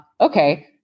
okay